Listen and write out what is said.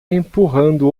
empurrando